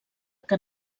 que